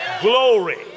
glory